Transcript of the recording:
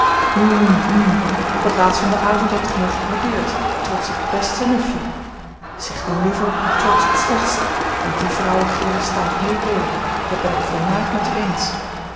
op het laatst van den avond hebt gij mij geboudeerd trots het beste nufje zeg dan liever trots het slechtste want die vrouwengrillen staan heel leelijk dat ben ik volmaakt met u eens